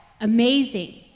Amazing